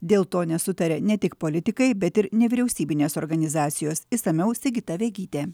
dėl to nesutaria ne tik politikai bet ir nevyriausybinės organizacijos išsamiau sigita vegytė